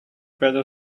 better